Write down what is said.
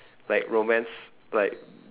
like romance like